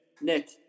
Nick